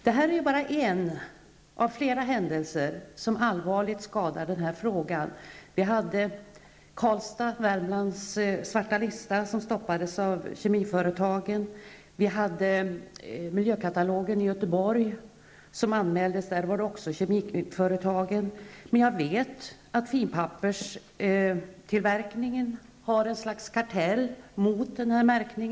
Det här är bara en av flera händelser, som allvarligt skadar den här frågan. Vi hade i Karlstad Värmlands svarta lista som stoppades av kemiföretagen. Vi hade i Göteborg miljökatalogen som anmäldes. Det var också kemiföretagens verk. Jag vet att finpapperstillverkarna har ett slags kartell mot denna märkning.